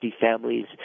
families